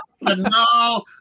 no